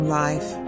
life